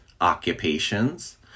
occupations